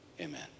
amen